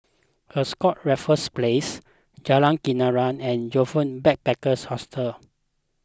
Ascott Raffles Place Jalan Kenarah and Joyfor Backpackers' Hostel